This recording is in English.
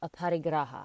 aparigraha